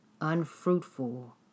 unfruitful